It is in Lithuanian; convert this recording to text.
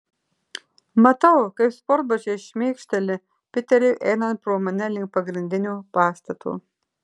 matau kaip sportbačiai šmėkšteli piteriui einant pro mane link pagrindinio pastato